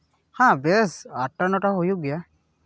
ᱦᱮᱸ ᱵᱮᱥ ᱟᱴᱴᱟ ᱱᱚᱴᱟ ᱦᱩᱭᱩᱜ ᱜᱮᱭᱟ